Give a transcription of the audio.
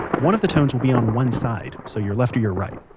one of the tones will be on one side, so your left or your right,